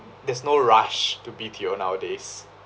there's no rush to B_T_O nowadays